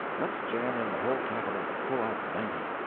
let's jam in the whole capital and pull out ninety!